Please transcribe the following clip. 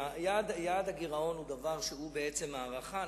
יעד הגירעון הוא בעצם הערכה,